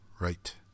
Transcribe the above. right